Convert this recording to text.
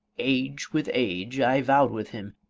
age with age, i vowed with him,